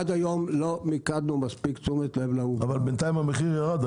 עד היום לא מיקדנו תשומת לב לעובדה -- אבל בינתיים המחיר ירד,